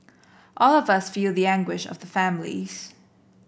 all of us feel the anguish of the families